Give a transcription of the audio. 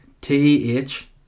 t-h